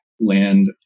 land